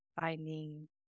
Finding